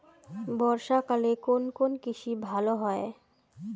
বর্ষা কালে কোন কোন কৃষি ভালো হয়?